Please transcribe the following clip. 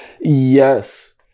yes